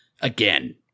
again